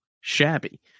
shabby